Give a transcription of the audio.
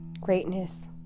greatness